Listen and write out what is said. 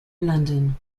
london